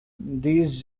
these